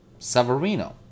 Savarino